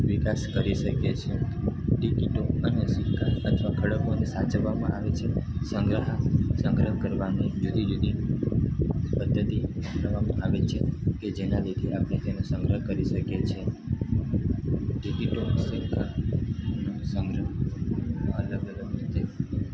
વિકાસ કરી શકીએ છીએ એ ઈંટો અને સિક્કા અથવા ખડકોને સાચવવામાં આવે છે સંગ્રહ સંગ્રહ કરવાની જુદી જુદી પદ્ધતિ કરવામાં આવે છે કે જેના લીધે આપણે તેને સંગ્રહ કરી શકીએ છીએ જેથી જેથી પણ સિક્કા સંગ્રહ અલગ અલગ રીતે